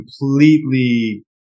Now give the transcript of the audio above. completely